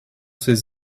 ses